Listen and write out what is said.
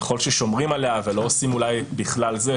ככל שומרים עליה ולא עושים אולי "בכלל זה",